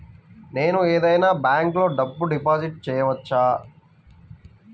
నేను ఏదైనా బ్యాంక్లో డబ్బు డిపాజిట్ చేయవచ్చా?